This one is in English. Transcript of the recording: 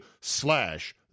slash